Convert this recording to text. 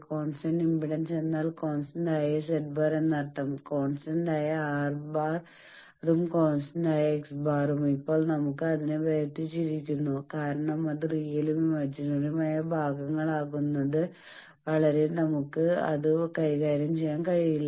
കോൺസ്റ്റന്റായ ഇംപെഡൻസ് എന്നാൽ കോൺസ്റ്റന്റായ z̄ എന്നർത്ഥം കോൺസ്റ്റന്റായ R⁻ഉം കോൺസ്റ്റന്റായ x̄ ഉം ഇപ്പോൾ നമ്മൾ അതിനെ വേർതിരിച്ചിരിക്കുന്നു കാരണം അത് റിയലും ഇമാജിനറിയുമായ ഭാഗങ്ങൾ ആകുന്നത് വരെ നമുക്ക് അത് കൈകാര്യം ചെയ്യാൻ കഴിയില്ല